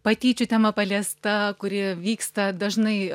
patyčių tema paliesta kuri vyksta dažnai